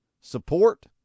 support